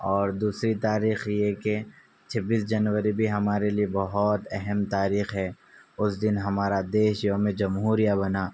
اور دوسری تاریخ یہ کہ چھبیس جنوری بھی ہمارے لیے بہت اہم تاریخ ہے اس دن ہمارا دیش یوم جمہوریہ بنا